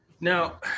Now